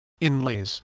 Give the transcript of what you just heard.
inlays